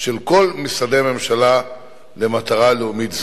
של כל משרדי הממשלה למטרה לאומית זו.